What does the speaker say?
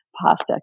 pasta